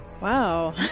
wow